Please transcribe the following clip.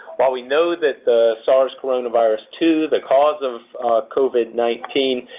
while we know that the sars coronavirus two, the cause of covid nineteen,